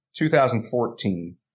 2014